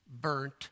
Burnt